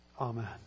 Amen